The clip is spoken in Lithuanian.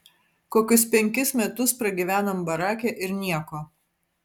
kokius penkis metus pragyvenom barake ir nieko